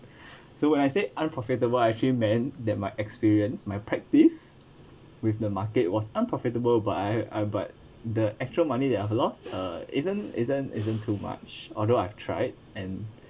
so when I say unprofitable actually meant that my experience my practice with the market was unprofitable but I I but the actual money that I've lost uh isn't isn't isn't too much although I've tried and